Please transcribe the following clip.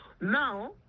Now